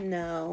no